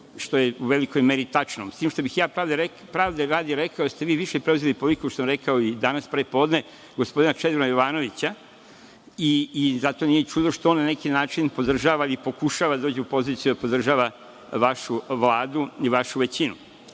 što je u velikoj meri tačno. S tim, što bih pravde radi rekao da ste vi više preuzeli politiku, što sam rekao i danas pre podne, gospodina Čedomira Jovanovića i zato nije ni čudo što on na neki način podržava ili pokušava da uđe u poziciju da podržava vašu Vladu i vašu većinu. Bilo